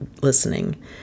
listening